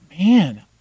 man